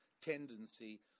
tendency